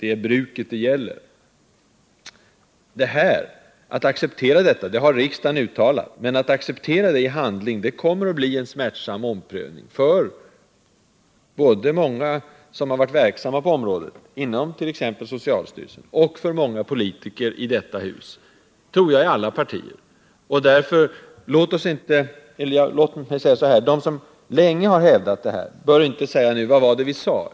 Det är bruket det gäller.” Det här har riksdagen godkänt, men att acceptera det i handling blir en smärtsam omprövning för många som har varit verksamma på området,t.ex. inom socialstyrelsen, och för många politiker inom troligen alla partier i det här huset. De som länge har hävdat detta samband mellan bruk och missbruk bör inte nu säga: Vad var det vi sade?